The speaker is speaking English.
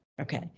Okay